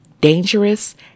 dangerous